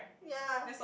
ya